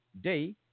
Day